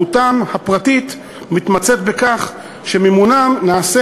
מהותם ה"פרטית" מתמצית בכך שמימונם נעשה